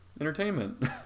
entertainment